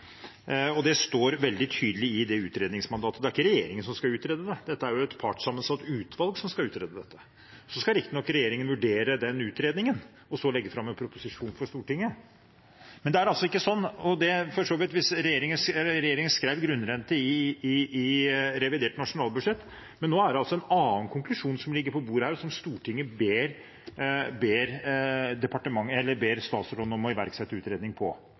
vekst. Det står veldig tydelig i utredningsmandatet. Det er ikke regjeringen som skal utrede det, det er et partssammensatt utvalg som skal utrede det. Så skal riktignok regjeringen vurdere utredningen og legge fram en proposisjon for Stortinget. Regjeringen skrev «grunnrente» i revidert nasjonalbudsjett, men nå ligger altså en annen konklusjon på bordet, som Stortinget ber statsråden om å iverksette utredning